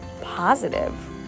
positive